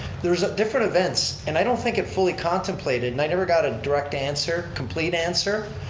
there's different events and i don't think it fully contemplated and i never got a direct answer, complete answer,